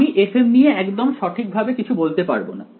আমি fm নিয়ে একদম সঠিক ভাবে কিছু বলতে পারব না